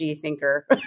thinker